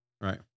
Right